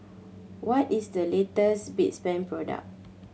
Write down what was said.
what is the latest product